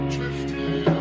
Drifting